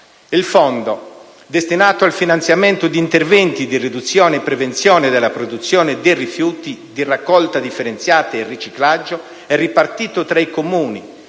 Il fondo, destinato al finanziamento di interventi di riduzione e prevenzione della produzione dei rifiuti, di raccolta differenziata e riciclaggio, è ripartito tra i Comuni